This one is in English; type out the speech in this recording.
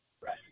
Right